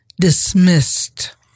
dismissed